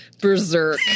Berserk